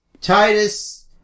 Titus